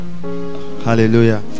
Hallelujah